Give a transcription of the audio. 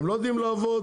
הם לא יודעים לעבוד,